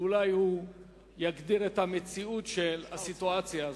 שאולי יגדיר את המציאות של הסיטואציה הזאת.